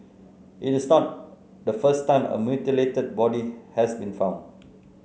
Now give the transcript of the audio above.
it is not the first time a mutilated body has been found